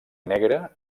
negre